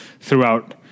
throughout